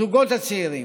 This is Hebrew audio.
הזוגות הצעירים,